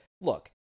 Look